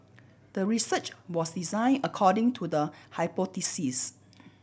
the research was design according to the hypothesis